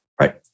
Right